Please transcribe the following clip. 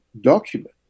Document